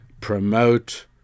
promote